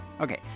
Okay